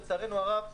לצערנו הרב,